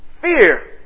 Fear